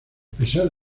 pesar